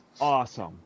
awesome